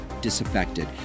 disaffected